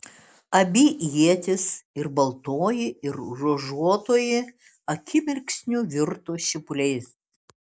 abi ietys ir baltoji ir ruožuotoji akimirksniu virto šipuliais